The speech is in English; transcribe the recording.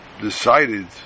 decided